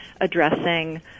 addressing